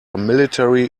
military